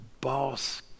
boss